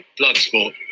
Bloodsport